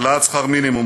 העלאת שכר המינימום,